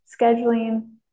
scheduling